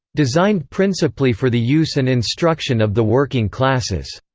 designed principally for the use and instruction of the working classes.